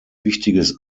wichtiges